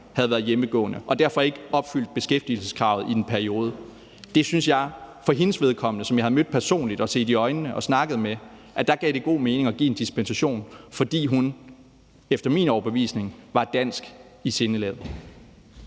havde været hjemmegående og derfor ikke opfyldte beskæftigelseskravet i en periode. Der synes jeg, at det for hendes vedkommende – jeg havde mødt hende personligt og set hende i øjnene og snakket med hende – gav god mening at give en dispensation, fordi hun efter min overbevisning var dansk i sindelaget.